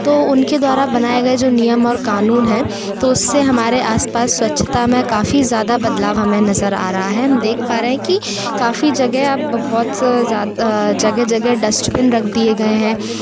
तो उनके द्वारा बनाए गए जो नियम और कानून हैं तो उससे हमारे आस पास स्वच्छता में काफ़ी ज़्यादा बदलाव हमें नजर आ रहा है हम देख पा रहे हैं कि काफ़ी जगह अब बहुत से जगह जगह डस्टबिन रख दिए गए हैं